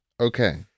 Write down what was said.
okay